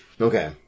okay